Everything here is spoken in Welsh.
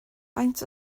faint